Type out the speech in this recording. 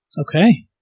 Okay